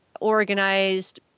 organized